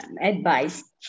advice